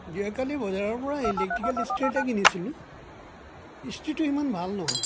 যোৱাকালি বজাৰৰ পৰা ইলেক্ট্ৰিকেল ইষ্ট্ৰি এটা কিনিছিলো ইষ্ট্ৰিটো ইমান ভাল নহয়